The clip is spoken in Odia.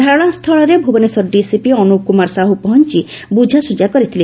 ଧାରଣାସ୍ଚୁଳରେ ଭୁବନେଶ୍ୱର ଡିସିପି ଅନୁପ କୁମାର ସାହୁ ପହଞ୍ ବୁଝାସୁଝା କରିଥିଲେ